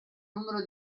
numero